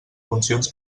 funcions